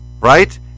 Right